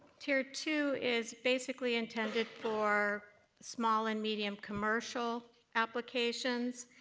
tier two is basically intended for small and medium commercial applications.